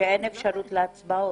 אפשרות להצבעות.